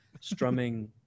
strumming